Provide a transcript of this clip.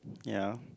ya